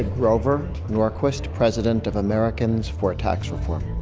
grover norquist, president of americans for tax reform.